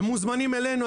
הם מוזמנים אלינו,